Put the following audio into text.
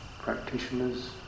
practitioners